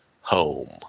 home